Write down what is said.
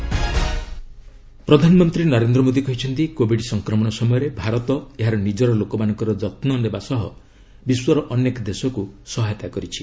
PM Finland ପ୍ରଧାନମନ୍ତ୍ରୀ ନରେନ୍ଦ୍ର ମୋଦୀ କହିଛନ୍ତି Covid ସଂକ୍ରମଣ ସମୟରେ ଭାରତ ଏହାର ନିଜର ଲୋକମାନଙ୍କର ଯତ୍ନ ନେବା ସହ ବିଶ୍ୱର ଅନେକ ଦେଶକୁ ସହାୟତା କରିଛି